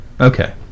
Okay